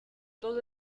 todo